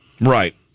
Right